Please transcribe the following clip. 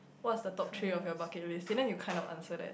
what is the top three of your bucket list didn't you kind of answer that